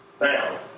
Now